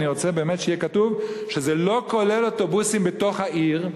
אני רוצה באמת שיהיה כתוב שזה לא כולל אוטובוסים בתוך העיר,